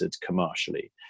commercially